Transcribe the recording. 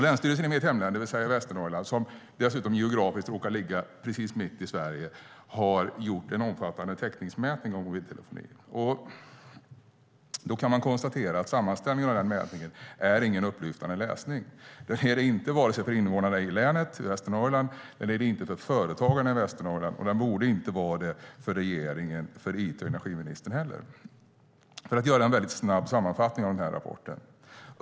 Länsstyrelsen i mitt hemlän, det vill säga Västernorrland, som dessutom geografiskt råkar ligga mitt i Sverige, har gjort en omfattande täckningsmätning av mobiltelefonin. Sammanställningen av mätningen är ingen upplyftande läsning för invånarna i länet i Västernorrland eller företagarna i Västernorrland, och den borde inte vara det för regeringen och it och energiministern heller. Låt mig göra en snabb sammanfattning av rapporten.